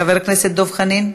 חבר הכנסת דב חנין,